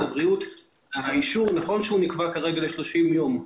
הבריאות שנכון שהאישור נקבע כרגע ל-30 יום,